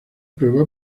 prueba